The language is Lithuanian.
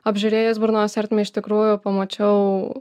apžiūrėjus burnos ertmę iš tikrųjų pamačiau